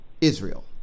Israel